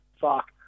fuck